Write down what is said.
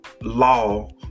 law